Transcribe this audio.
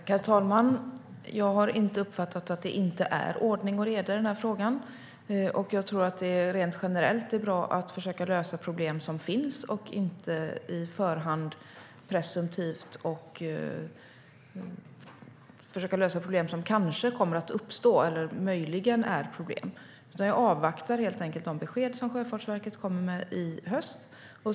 Herr talman! Jag har inte uppfattat att det inte skulle vara ordning och reda på den här verksamheten. Rent generellt tror jag att det är bra att försöka lösa problem som finns och inte på förhand, presumtivt, försöka lösa problem som kanske kommer att uppstå eller möjligen finns. Jag avvaktar helt enkelt de besked som Sjöfartsverket kommer med i höst.